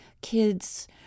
kids